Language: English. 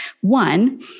One